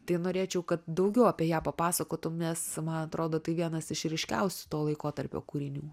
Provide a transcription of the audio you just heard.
tai norėčiau kad daugiau apie ją papasakotum nes man atrodo tai vienas iš ryškiausių to laikotarpio kūrinių